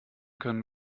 können